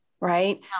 right